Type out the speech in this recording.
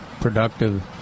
productive